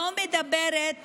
לא מדברת